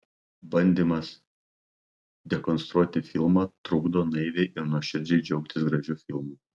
bandymas dekonstruoti filmą trukdo naiviai ir nuoširdžiai džiaugtis gražiu filmu